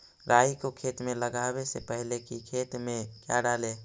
राई को खेत मे लगाबे से पहले कि खेत मे क्या डाले?